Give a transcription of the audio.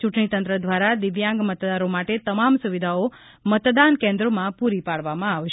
ચૂંટણીતંત્ર દ્વારા દિવ્યાંગ મતદારો માટે તમામ સુવિધાઓ મતદાન કેન્દ્રોમાં પુરી પાડવામાં આવશે